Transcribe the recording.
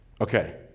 Okay